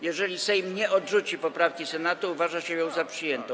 Jeżeli Sejm nie odrzuci poprawki Senatu, uważa się ją za przyjętą.